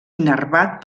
innervat